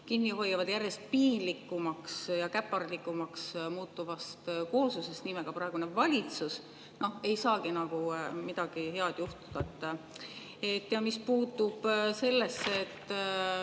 kinni järjest piinlikumaks ja käpardlikumaks muutuvast kooslusest nimega praegune valitsus, ei saagi midagi head juhtuda. Mis puutub sellesse, et